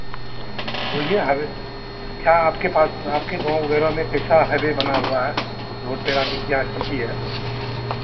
बोलिए हाइवे अच्छा आपके पास आपके गाँव वगैरह में कैसा हाइवे बना हुआ है रोड पेरा की क्या स्थिति है